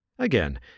Again